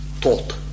taught